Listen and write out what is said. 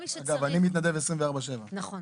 אגב, אני מתנדב 24/7. נכון.